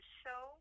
show